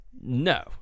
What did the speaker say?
No